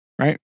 Right